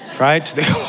right